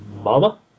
Mama